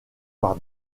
par